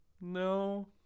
no